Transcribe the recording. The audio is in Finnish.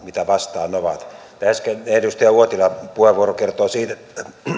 mitä vastaan ovat tämä äskeinen edustaja uotilan puheenvuoro kertoi siitä että